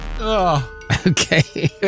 Okay